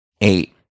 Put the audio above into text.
eight